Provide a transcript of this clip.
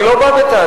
אני לא בא בטענות.